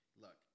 Look